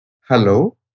hello